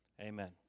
Amen